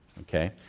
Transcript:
okay